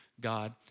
God